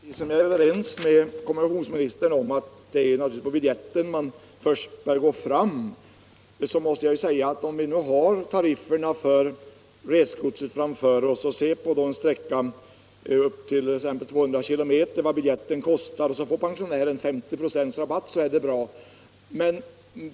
Herr talman! Jag är överens med kommunikationsministern om att det naturligtvis är beträffande färdbiljettens pris som man i första hand bör göra en justering. I taxorna kan vi se vad en biljett kostar för en sträcka på 200 km. Får pensionären 50 ". i rabatt på detta pris är det bra.